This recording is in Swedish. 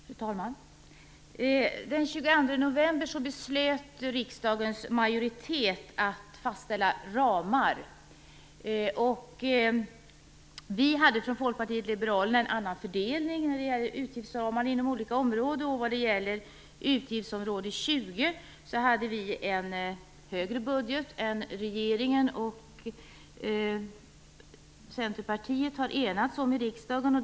Fru talman! Den 22 november beslöt riksdagens majoritet att fastställa ramar. Vi i Folkpartiet liberalerna hade en annan fördelning när det gäller utgiftsramar inom olika områden. Vad gäller utgiftsområde 20 hade vi ett högre belopp än vad regeringen och Centerpartiet hade enats om i riksdagen.